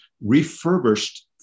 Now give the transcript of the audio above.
refurbished